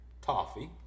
toffee